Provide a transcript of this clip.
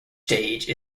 stage